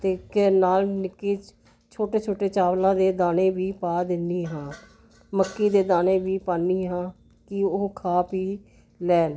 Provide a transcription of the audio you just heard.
ਅਤੇ ਨਾਲ ਨਿੱਕੀ ਛੋਟੇ ਛੋਟੇ ਚਾਵਲਾਂ ਦੇ ਦਾਣੇ ਵੀ ਪਾ ਦਿੰਦੀ ਹਾਂ ਮੱਕੀ ਦੇ ਦਾਣੇ ਵੀ ਪਾਉਂਦੀ ਹਾਂ ਕਿ ਉਹ ਖਾ ਪੀ ਲੈਣ